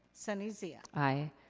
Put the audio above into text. sunny zia. aye.